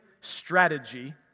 strategy